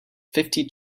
fifty